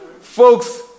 folks